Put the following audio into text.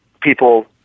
people